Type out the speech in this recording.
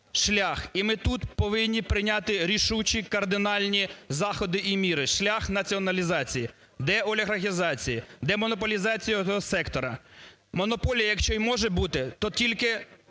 шлях, і ми тут повинні прийняти рішучі, кардинальні заходи і міри, – шлях націоналізації, деолігархізації, демонополізації ……. сектору. Монополія, якщо і може бути, то тільки